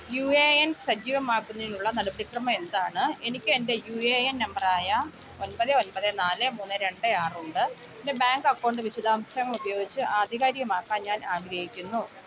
U A N സജീവമാക്കുന്നതിനുള്ള നടപടിക്രമം എന്താണ് എനിക്ക് എൻ്റെ യു എ എൻ നമ്പർ ആയ ഒൻപത് ഒൻപത് നാള് മൂന്ന് രണ്ട് ആറുണ്ട് എൻ്റെ ബാങ്ക് അക്കൗണ്ട് വിശദാംശങ്ങൾ ഉപയോഗിച്ച് ആധികാരികമാക്കാൻ ഞാൻ ആഗ്രഹിക്കുന്നു